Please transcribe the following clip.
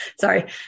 Sorry